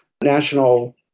national